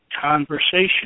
conversation